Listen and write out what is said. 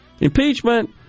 Impeachment